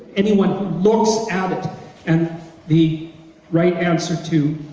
anyone who looks at it and the right answer to